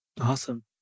Awesome